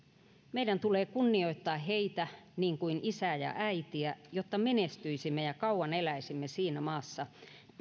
meidän tulee kunnioittaa heitä niin kuin isää ja äitiä jotta menestyisimme ja kauan eläisimme siinä maassa